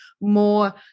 more